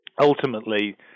Ultimately